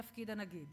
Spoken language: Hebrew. לתפקיד הנגיד.